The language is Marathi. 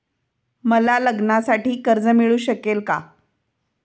मला लग्नासाठी कर्ज मिळू शकेल का?